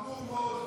חמור מאוד.